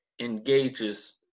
engages